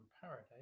paradise